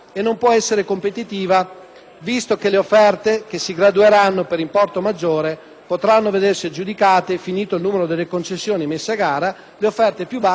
visto che solo le offerte che si gradueranno per importo maggiore potranno vedersi aggiudicate e, finito il numero delle concessioni messe a gara, le offerte più basse rimarranno insoddisfatte;